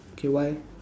K why